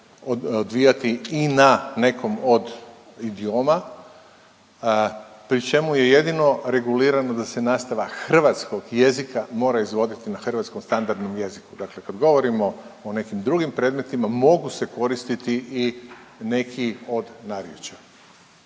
odvijati i na nekom od idioma pri čemu je jedino regulirano da se nastava hrvatskog jezika mora izvoditi na hrvatskom standardnom jeziku. Dakle, kad govorimo o nekim drugim predmetima mogu se koristiti i neki od narječja.